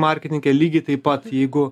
marketinge lygiai taip pat jeigu